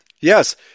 Yes